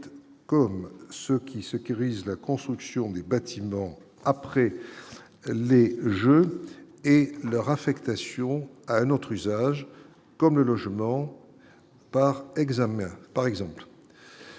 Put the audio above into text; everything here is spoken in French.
comme ce qui ce qui réalise la construction des bâtiments après les Jeux et leur affectation à notre usage comme le logement par examen